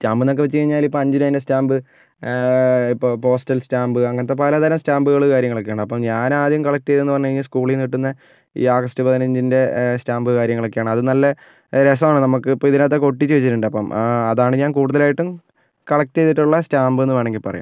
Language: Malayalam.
സ്റ്റാമ്പ് എന്നൊക്കെ വെച്ച് കഴിഞ്ഞാൽ ഇപ്പം അഞ്ച് രൂപേൻ്റെ സ്റ്റാമ്പ് ഇപ്പോൾ പോസ്റ്റൽ സ്റ്റാമ്പ് അങ്ങനത്തെ പലതരം സ്റ്റാമ്പുകൾ കാര്യങ്ങളൊക്കെ ഉണ്ട് അപ്പോൾ ഞാൻ ആദ്യം കളക്ട് ചെയ്തേ എന്ന് പറഞ്ഞു കഴിഞപഞ്ഞാൽ സ്കൂളിൽ നിന്ന് കിട്ടുന്ന ഈ ആഗസ്റ്റ് പതിനഞ്ചിൻ്റെ സ്റ്റാമ്പ് കാര്യങ്ങളൊക്കെയാണ് അത് നല്ല രസമാണ് നമുക്ക് ഇപ്പോൾ ഇതിനകത്ത് ഒക്കെ ഒട്ടിച്ച് വെച്ചിട്ടുണ്ട് അപ്പം അതാണ് ഞാൻ കൂടുതലായിട്ടും കളക്ട് ചെയ്തിട്ടുള്ള സ്റ്റാമ്പ് എന്ന് വേണമെങ്കിൽ പറയാം